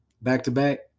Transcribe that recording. back-to-back